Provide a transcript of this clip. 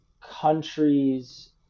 countries